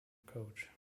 coach